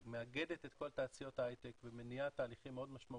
מאגדת את כל תעשיות ההייטק ומניעה תהליכים מאוד משמעותיים,